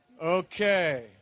Okay